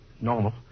normal